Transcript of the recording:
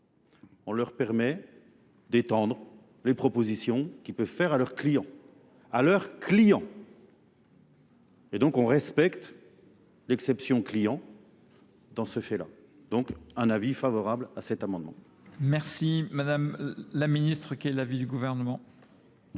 On leur permet d'étendre les propositions qu'ils peuvent faire à leurs clients. À leurs clients. Et donc on respecte l'exception client dans ce fait-là. Donc un avis favorable à cet amendement. Merci Madame la Ministre, qui est l'avis du gouvernement.